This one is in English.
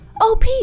OP